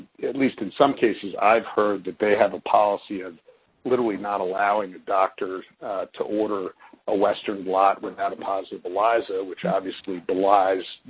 at least in some cases, i've heard that they have a policy of literally not allowing the doctors to order a western blot without a positive elisa, ah which obviously belies,